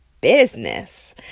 business